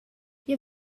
jeu